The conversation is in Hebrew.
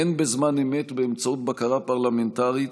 הן בזמן אמת באמצעות בקרה פרלמנטרית